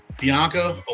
Bianca